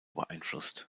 beeinflusst